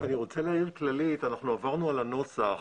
אנחנו עברנו על הנוסח,